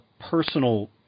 personal